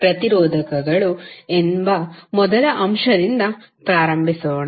ಪ್ರತಿರೋಧಕಗಳು ಎಂಬ ಮೊದಲ ಅಂಶದಿಂದ ಪ್ರಾರಂಭಿಸೋಣ